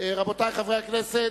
רבותי חברי הכנסת,